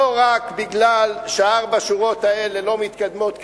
לא רק מפני שארבע השורות האלה לא מתקדמות הלאה,